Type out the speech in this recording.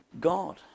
God